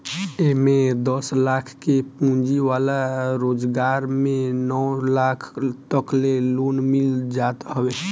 एमे दस लाख के पूंजी वाला रोजगार में नौ लाख तकले लोन मिल जात हवे